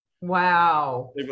Wow